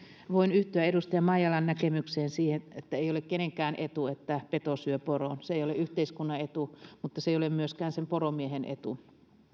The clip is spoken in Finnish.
voin yhtyä edustaja maijalan näkemykseen siihen että ei ole kenenkään etu että peto syö poron se ei ole yhteiskunnan etu mutta se ei ole myöskään sen poromiehen etu